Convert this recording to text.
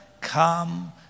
come